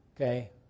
okay